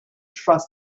trust